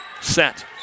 set